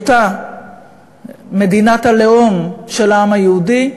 להיותה מדינת הלאום של העם היהודי,